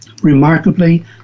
Remarkably